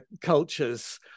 cultures